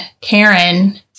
Karen